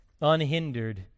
unhindered